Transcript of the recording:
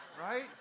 Right